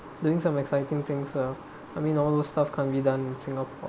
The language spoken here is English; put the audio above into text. doing some exciting things lah I mean all those stuff can't be done in singapore